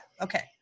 okay